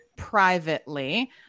privately